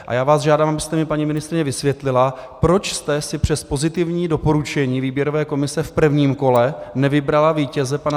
A já vás žádám, abyste mi, paní ministryně, vysvětlila, proč jste si přes pozitivní doporučení výběrové komise v prvním kole nevybrala vítěze pana doc.